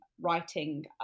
writing